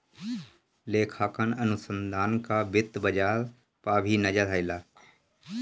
लेखांकन अनुसंधान कअ वित्तीय बाजार पअ भी नजर रहेला